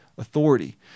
Authority